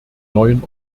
neuen